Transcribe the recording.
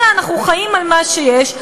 אלא אנחנו חיים על מה שיש.